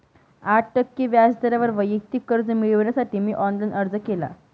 आठ टक्के व्याज दरावर वैयक्तिक कर्ज मिळविण्यासाठी मी ऑनलाइन अर्ज केला